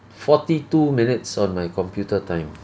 forty two minutes on my computer time